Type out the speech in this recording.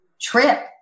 trip